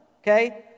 okay